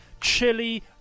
chili